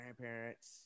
grandparents